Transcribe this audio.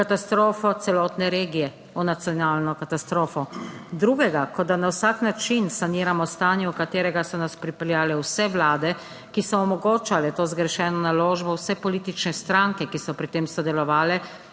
katastrofo celotne regije, v nacionalno katastrofo. Drugega, kot da na vsak način saniramo stanje v katerega so nas pripeljale vse vlade, ki so omogočale to zgrešeno naložbo, vse politične stranke, ki so pri tem sodelovale,